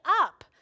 up